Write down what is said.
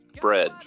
Bread